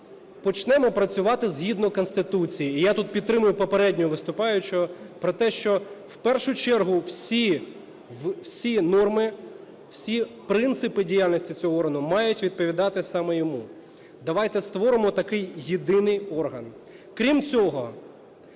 почнемо працювати згідно Конституції. І я тут підтримую попереднього виступаючого про те, що в першу чергу всі норми, всі принципи діяльності цього органу мають відповідати саме йому, давайте створимо такий єдиний орган. Крім цього,